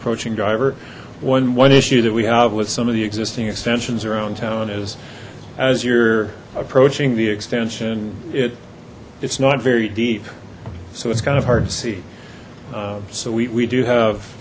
approaching driver one one issue that we have with some of the existing extensions around town is as you're approaching the extension it it's not very deep so it's kind of hard to see so we do have